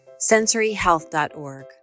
sensoryhealth.org